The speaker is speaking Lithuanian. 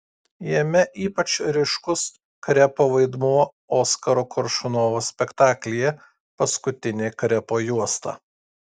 jame ypač ryškus krepo vaidmuo oskaro koršunovo spektaklyje paskutinė krepo juosta